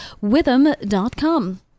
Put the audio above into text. witham.com